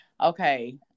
okay